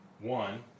One